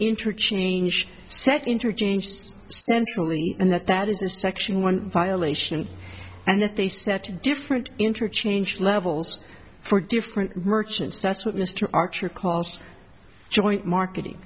interchange set interchange century and that that is the section one violation and that they set to different interchange levels for different merchants that's what mr archer cost joint marketing